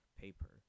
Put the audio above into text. paper